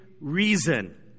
reason